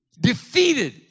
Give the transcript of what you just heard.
defeated